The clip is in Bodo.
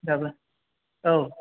दाबो औ